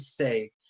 say